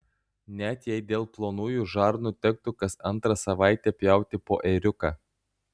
net jei dėl plonųjų žarnų tektų kas antrą savaitę pjauti po ėriuką